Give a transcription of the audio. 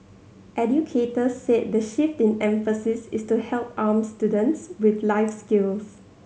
educators said the shift in emphasis is to help arm students with life skills